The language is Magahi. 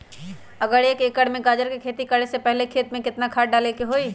अगर एक एकर में गाजर के खेती करे से पहले खेत में केतना खाद्य डाले के होई?